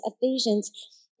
Ephesians